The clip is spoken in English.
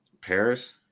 Paris